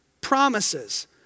promises